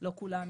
לא כולם יכולים,